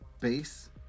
base